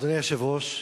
אדוני היושב-ראש,